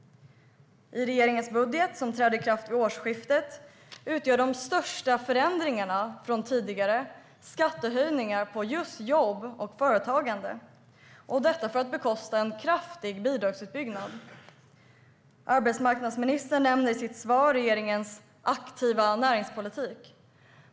I regeringens budget, som börjar gälla vid årsskiftet, är de största förändringarna från tidigare skattehöjningar på just jobb och företagande, detta för att bekosta en kraftig bidragsutbyggnad. Arbetsmarknadsministern nämner i sitt svar regeringens aktiva näringspolitik.